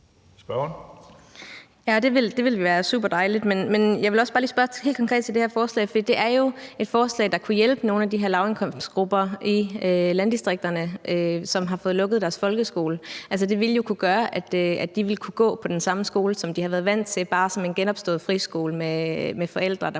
det ville være superdejligt. Men jeg vil også spørge helt konkret ind til det her forslag, for det er jo et forslag, der ville kunne hjælpe nogle af de her personer fra lavindkomstgruppen, som bor i landdistrikterne, og som har fået lukket deres folkeskole. Det ville kunne gøre, at børnene kunne gå på den skole, som de har været vant til at gå på, men som bare er